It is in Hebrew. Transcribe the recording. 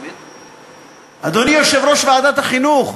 אדוני יושב-ראש ועדת החינוך,